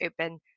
open